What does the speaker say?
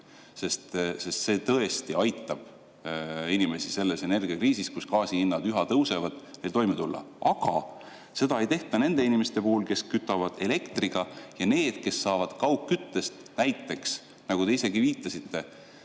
sest see tõesti aitab inimestel selles energiakriisis, kui gaasihinnad üha tõusevad, toime tulla –, aga seda ei tehta nende inimeste puhul, kes kütavad elektriga? Ja need, kes kasutavad kaugkütet – nagu te isegi viitasite,